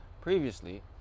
previously